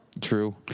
True